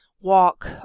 walk